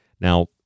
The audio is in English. Now